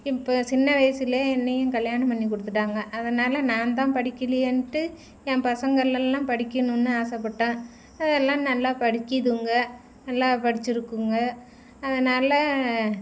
இப்போ சின்ன வயதில் என்னையும் கல்யாணம் பண்ணி கொடுத்துட்டாங்க அதனால நான் தான் படிக்கலியேன்ட்டு என் பசங்கள் எல்லாம் படிக்கணுனு ஆசைப்பட்டேன் எல்லாம் நல்லா படிக்கிதுங்க நல்லா படித்திருக்குங்க அதனால்